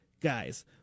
guys